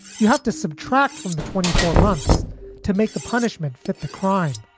you have to subtract from the twenty four months to make the punishment fit the crime